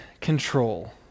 control